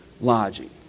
lodging